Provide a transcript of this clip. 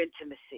intimacy